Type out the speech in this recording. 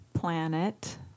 Planet